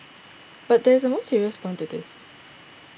but there is a more serious point to this